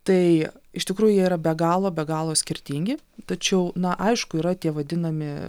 tai iš tikrųjų jie yra be galo be galo skirtingi tačiau na aišku yra tie vadinami